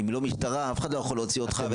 אם לא משטרה אף אחד לא יכול להוציא אותך,